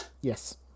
Yes